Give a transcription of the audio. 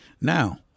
now